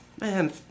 Man